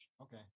Okay